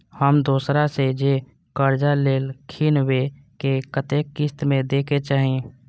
हम दोसरा से जे कर्जा लेलखिन वे के कतेक किस्त में दे के चाही?